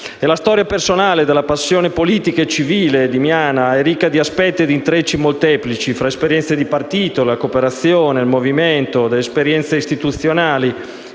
La storia personale della passione politica e civile di Miana è ricca di aspetti ed intrecci molteplici, fra esperienze di partito nella cooperazione ed esperienze istituzionali,